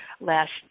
last